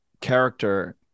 character